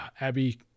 Abby